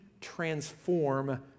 transform